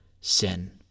sin